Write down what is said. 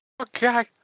okay